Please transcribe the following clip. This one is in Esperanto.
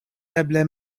eble